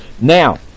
Now